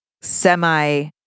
semi